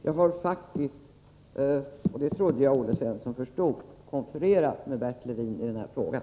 Jag har faktiskt — och det trodde jag Olle Svensson förstod — konfererat med Bert Levin i den här frågan.